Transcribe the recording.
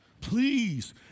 Please